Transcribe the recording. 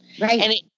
Right